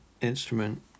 instrument